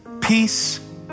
peace